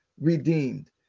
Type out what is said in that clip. redeemed